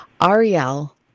Ariel